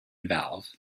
valve